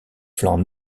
flancs